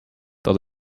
dat